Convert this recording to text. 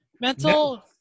mental